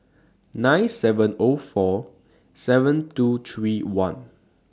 nine seven O four seven two three one